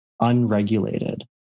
unregulated